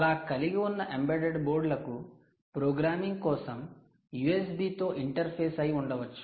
అలా కలిగి ఉన్న ఎంబెడెడ్ బోర్డులకు ప్రోగ్రామింగ్ కోసం USB తో ఇంటర్ఫేస్ అయి ఉండవచ్చు